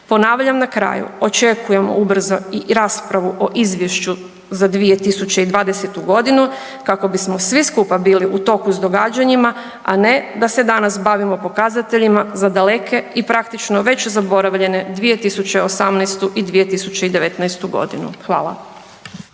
Ponavljam na kraju, očekujem ubrzo i raspravu o izvješću za 2020. g. kako bismo svi skupa bili u toku s događanjima a ne da se danas bavimo pokazateljima za daleke i praktično već zaboravljene 2018. i 2019. godinu. Hvala.